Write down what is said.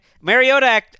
Mariota